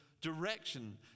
direction